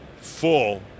Full